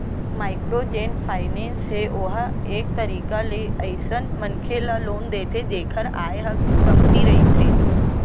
micro जेन finance हे ओहा एक तरीका ले अइसन मनखे ल लोन देथे जेखर आय ह कमती रहिथे